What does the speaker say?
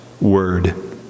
word